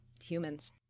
humans